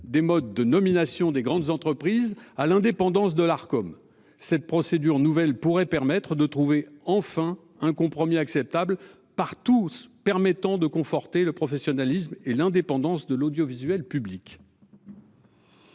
des mode de nomination des grandes entreprises à l'indépendance de l'Arcom cette procédure nouvelle pourrait permettre de trouver enfin un compromis acceptable par tous, permettant de conforter le professionnalisme et l'indépendance de l'audiovisuel public.